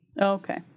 okay